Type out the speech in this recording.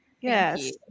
Yes